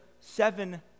seven